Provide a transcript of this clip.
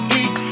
eat